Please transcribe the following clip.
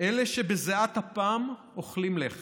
אלה שבזיעת אפם אוכלים לחם,